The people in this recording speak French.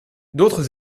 d’autres